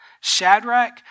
Shadrach